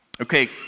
Okay